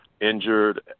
injured